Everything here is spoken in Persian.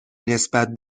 نسبت